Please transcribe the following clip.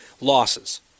losses